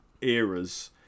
eras